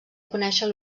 conèixer